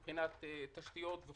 מבחינת תשתיות.